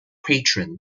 patron